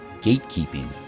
gatekeeping